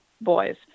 boys